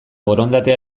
borondatea